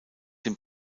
den